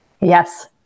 Yes